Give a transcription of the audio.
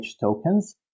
tokens